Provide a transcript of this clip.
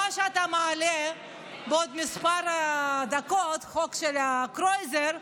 מה שאתה מעלה בעוד כמה דקות, החוק של קרויזר,